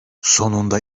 sonunda